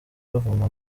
bavoma